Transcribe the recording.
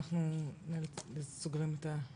אני מקריאה בשביל